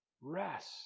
rest